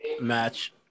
match